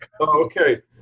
Okay